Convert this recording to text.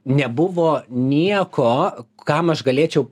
nebuvo nieko kam aš galėčiau